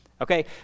okay